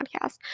podcast